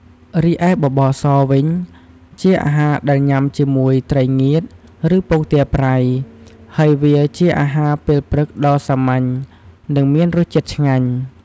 រីឯបបរសវិញ ជាអាហារដែលញុំាជាមួយត្រីងៀត ឬ ពងទាប្រៃ ហើយវាជាអាហារពេលព្រឹកដ៏សាមញ្ញ និងមានរសជាតិឆ្ងាញ់។